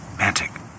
Mantic